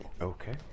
Okay